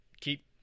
keep